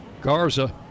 Garza